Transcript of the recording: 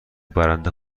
برنده